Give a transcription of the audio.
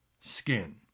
skin